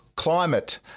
climate